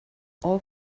all